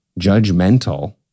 judgmental